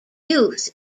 youth